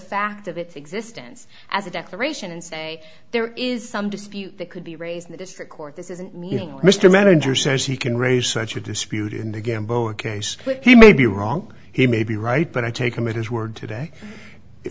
fact of its existence as a declaration and say there is some dispute that could be raised in the district court this isn't meeting mr manager says he can raise such a dispute in the game bowa case he may be wrong he may be right but i take him at his word today if